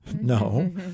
no